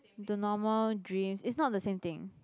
the normal dreams it's not the same thing